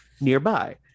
nearby